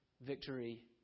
Victory